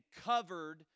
covered